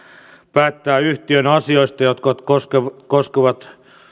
päättää yhtiön asioista jotka koskevat